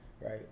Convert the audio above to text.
right